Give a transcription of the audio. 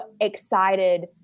excited